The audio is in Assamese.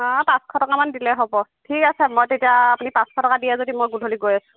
হা পাঁচশ টকামান দিলে হ'ব ঠিক আছে মই তেতিয়া আপুনি পাঁচশ টকা দিয়ে যদি মই গধূলি গৈ আছোঁ